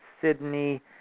Sydney